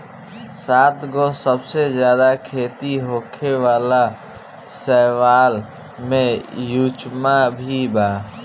सातगो सबसे ज्यादा खेती होखे वाला शैवाल में युचेमा भी बा